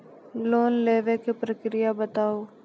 Loan लेवे के प्रक्रिया बताहू?